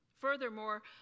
Furthermore